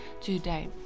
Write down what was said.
today